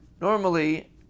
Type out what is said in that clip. Normally